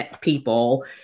people